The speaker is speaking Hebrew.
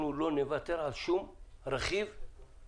אנחנו לא נוותר על שום רכיב ברפורמה.